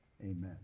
Amen